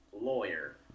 lawyer